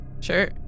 Sure